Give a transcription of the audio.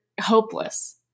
hopeless